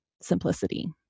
simplicity